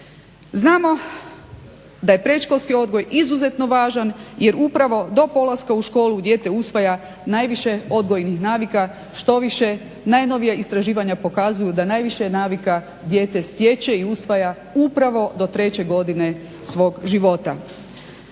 Znamo da je predškolski odgoj izuzetno važan jer upravo do polaska u školu dijete usvaja najviše odgojnih navika, štoviše najnovija istraživanja pokazuju da najviše navika dijete stječe i usvaja upravo do treće godine svog života.